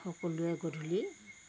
সকলোৱে গধূলি